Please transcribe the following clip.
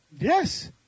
Yes